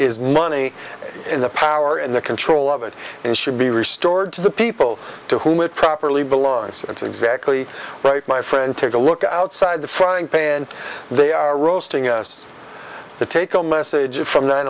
is money in the power in the control of it and should be restored to the people to whom it properly belongs that's exactly right my friend take a look outside the frying pan they are roasting us to take a message from nine